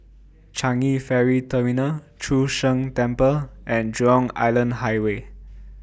Changi Ferry Terminal Chu Sheng Temple and Jurong Island Highway